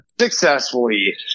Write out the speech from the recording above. successfully